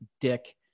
Dick